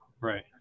Right